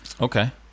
Okay